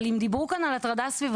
אבל אם דיברו פה כאן על הטרדה סביבתית,